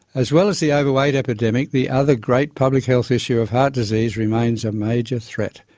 as well as the over-weight epidemic, the other great public health issue of heart disease remains a major threat,